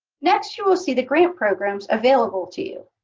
next, you will see the grant programs available to you.